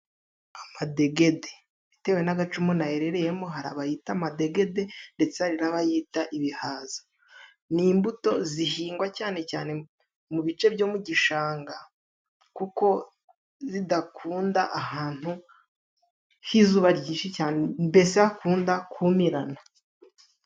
Amadegede. Bitewe n'agace umuntu aherereyemo hari abayita amadegede ndetse hari n'abayita ibihaza. Ni imbuto zihingwa cyane cyane mu bice byo mu gishanga kuko zidakunda ahantu h'izuba ryinshi cyane mbese hakunda kumirana.